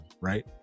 right